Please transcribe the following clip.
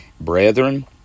Brethren